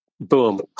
Boom